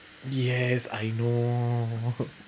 yes I know